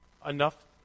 Enough